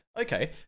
okay